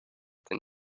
than